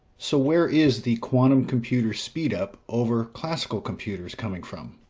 so where is the quantum computer speed up over classical computers coming from?